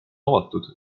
avatud